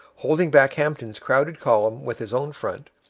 holding back hampton's crowded column with his own front,